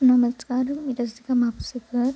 नमस्कार मी रसिका म्हापसेकर